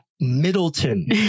middleton